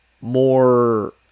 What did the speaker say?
more